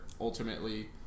ultimately